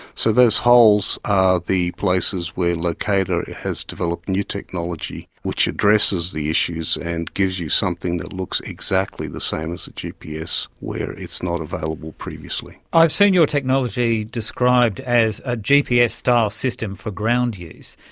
so those holes are ah the places where locata has developed new technology which addresses the issues and gives you something that looks exactly the same as a gps where it's not available previously. i've seen your technology described as a gps style system for ground use.